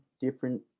different